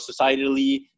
societally